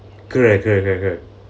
correct correct correct correct